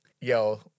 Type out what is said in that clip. yo